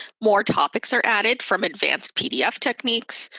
more topics are added from advanced pdf techniques,